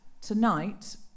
tonight